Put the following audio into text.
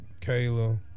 Kayla